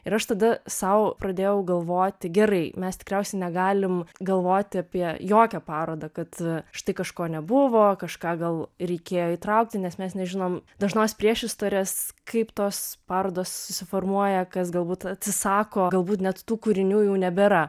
ir aš tada sau pradėjau galvoti gerai mes tikriausiai negalim galvoti apie jokią parodą kad štai kažko nebuvo kažką gal reikėjo įtraukti nes mes nežinom dažnos priešistorės kaip tos parodos susiformuoja kas galbūt atsisako galbūt net tų kūrinių jau nebėra